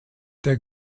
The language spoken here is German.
der